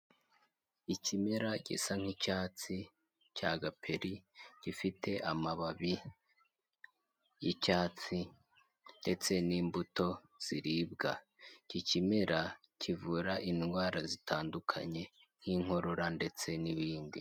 Ikimera gisa nk'icyatsi cya gaperi gifite amababi y'icyatsi ndetse n'imbuto ziribwa. Iki kimera kivura indwara zitandukanye nk'inkorora ndetse n'ibindi.